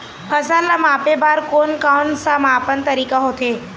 फसल ला मापे बार कोन कौन सा मापन तरीका होथे?